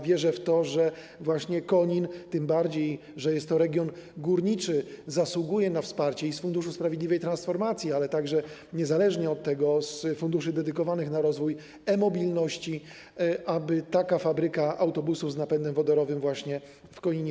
Wierzę w to, że właśnie Konin, tym bardziej że jest to region górniczy, zasługuje na wsparcie i z Funduszu Sprawiedliwej Transformacji, i niezależnie od tego, z funduszy dedykowanych na rozwój e-mobilności, tak aby taka fabryka autobusów z napędem wodorowym powstała właśnie w Koninie.